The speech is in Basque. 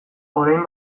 orain